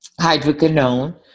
hydroquinone